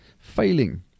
failing